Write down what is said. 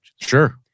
Sure